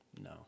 No